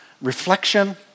reflection